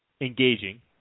engaging